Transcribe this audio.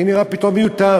כי זה נראה פתאום מיותר,